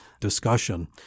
discussion